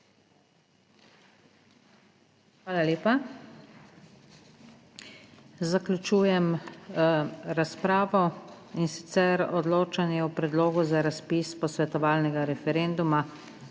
Hvala lepa. Zaključujem razpravo in sicer odločanje o Predlogu za razpis posvetovalnega referenduma